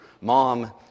mom